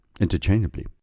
interchangeably